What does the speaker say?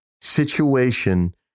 situation